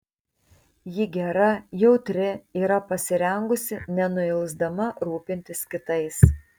ji gera jautri yra pasirengusi nenuilsdama rūpintis kitais